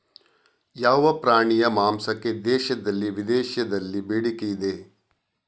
ಯಾವ ಪ್ರಾಣಿಯ ಮಾಂಸಕ್ಕೆ ದೇಶದಲ್ಲಿ ವಿದೇಶದಲ್ಲಿ ಬೇಡಿಕೆ ಇದೆ?